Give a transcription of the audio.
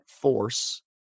force